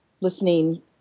listening